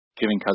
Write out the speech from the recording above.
giving